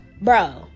Bro